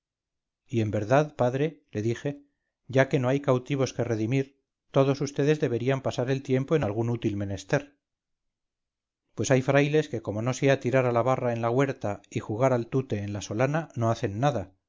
y en verdad padre le dije ya que no hay cautivos que redimir todos vds deberían pasar el tiempo en algún útil menester pues hay frailes que como no sea tirar a la barra en la huerta y jugar al tute en la solana no hacen nada